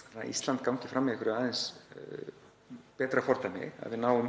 þannig að Ísland gangi fram með einhverju aðeins betra fordæmi, að við náum